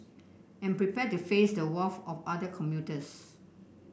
and prepare to face the wrath of other commuters